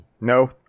No